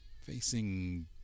facing